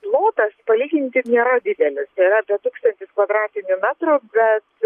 plotas palyginti nėra didelis yra apie tūkstantis kvadratinių metrų bet